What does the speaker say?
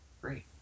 Great